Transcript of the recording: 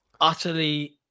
utterly